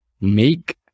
make